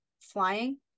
flying